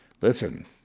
Listen